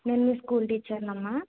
నేను మీ స్కూల్ టీచర్ని అమ్మ